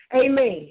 amen